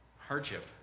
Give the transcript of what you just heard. hardship